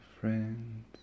friends